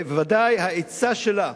וודאי העצה שלה,